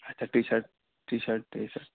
اچھا T shirt T shirt T shirt